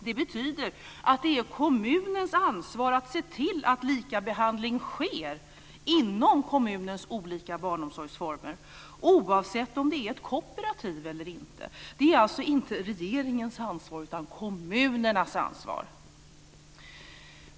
Det betyder att det är kommunens ansvar att se till att likabehandling sker inom kommunens olika barnomsorgsformer, oavsett om det är ett kooperativ eller inte. Det är alltså inte regeringens ansvar utan kommunernas ansvar.